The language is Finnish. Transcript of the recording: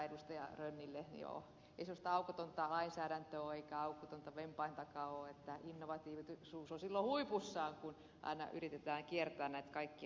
joo ei sellaista aukotonta lainsäädäntöä ole eikä aukotonta vempaintakaan ole että innovatiivisuus on silloin huipussaan kun aina yritetään kiertää näitä kaikkia asioita